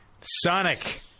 Sonic